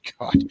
God